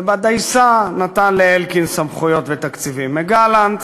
ובדייסה נתן לאלקין סמכויות ותקציבים מגלנט,